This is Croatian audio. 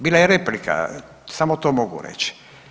Bila je replika samo to mogu reći.